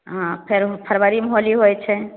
हँ फेर फरबरीमे होली होइ छै